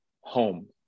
home